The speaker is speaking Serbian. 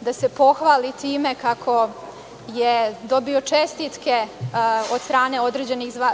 da se pohvali time kako je dobio čestitke od strane